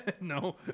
no